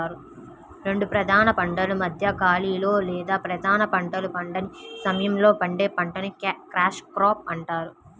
రెండు ప్రధాన పంటల మధ్య ఖాళీలో లేదా ప్రధాన పంటలు పండని సమయంలో పండే పంటని క్యాచ్ క్రాప్ అంటారు